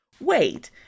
Wait